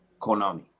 Konami